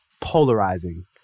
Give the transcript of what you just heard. polarizing